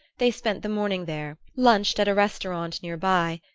they spent the morning there, lunched at a restaurant near by,